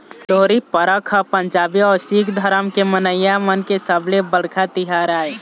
लोहड़ी परब ह पंजाबी अउ सिक्ख धरम के मनइया मन के सबले बड़का तिहार आय